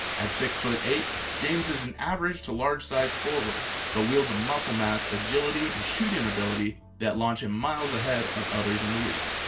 at six-foot-eight, james is an average to large sized forward, but wields a muscle mass, agility, and shooting ability that launch him miles ahead of others in the league.